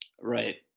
Right